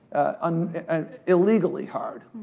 um illegally hard.